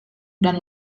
dan